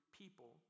people